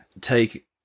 take